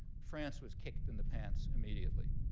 france was kicked in the pants immediately.